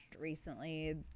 recently